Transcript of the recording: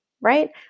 right